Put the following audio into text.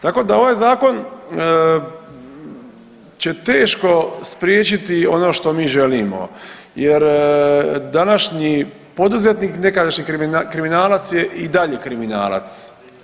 Tako da ovaj zakon će teško spriječiti ono što mi želimo jer današnji poduzetnik nekadašnji kriminalac je i dalje kriminalac.